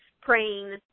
praying